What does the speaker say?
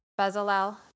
Bezalel